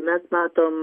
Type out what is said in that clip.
mes matom